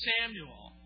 Samuel